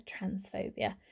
Transphobia